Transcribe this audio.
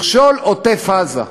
עוטף-עזה,